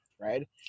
right